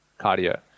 cardio